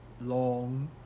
long